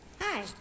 hi